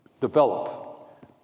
Develop